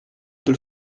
del